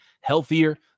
healthier